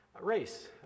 Race